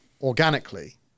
organically